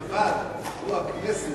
בלי לומר שמות, קבל מדוע הכנסת